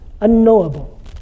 unknowable